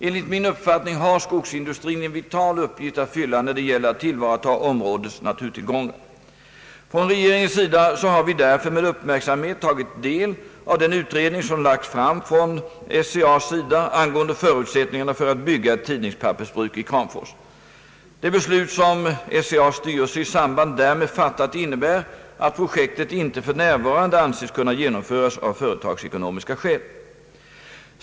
Enligt min uppfattning har skogsindustrin en vital uppgift att fylla när det gäller att tillvarata områdets naturtillgångar. Från regeringens sida har vi därför med uppmärksamhet tagit del av den utredning som lagts fram från SCA:s sida angående förutsättningarna för att bygga ett tidningspappersbruk i Kramfors. Det beslut som SCA:s styrelse i samband därmed fattat innebär att projektet inte f.n. anses kunna genomföras av företagsekonomiska skäl.